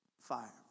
Fire